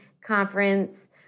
conference